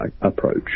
approach